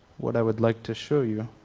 what i would like to show you.